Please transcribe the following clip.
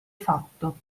fatto